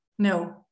No